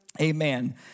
Amen